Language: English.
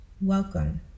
welcome